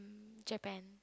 Japan